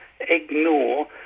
ignore